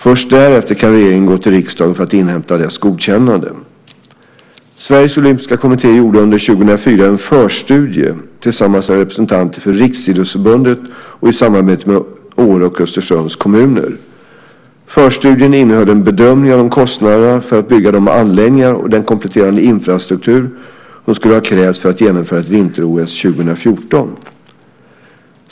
Först därefter kan regeringen gå till riksdagen för att inhämta dess godkännande. Sveriges Olympiska Kommitté gjorde under 2004 en förstudie tillsammans med representanter för Riksidrottsförbundet och i samarbete med Åre och Östersunds kommuner. Förstudien innehöll en bedömning av kostnaderna för att bygga de anläggningar och den kompletterande infrastruktur som skulle ha krävts för att genomföra ett vinter-OS 2014.